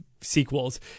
sequels